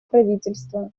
правительства